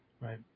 right